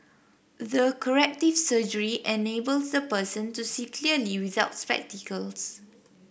the corrective surgery enables the person to see clearly without spectacles